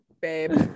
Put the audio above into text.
babe